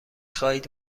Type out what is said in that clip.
خواهید